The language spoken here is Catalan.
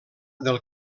del